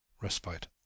respite